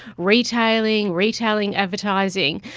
retailing, retailing advertising,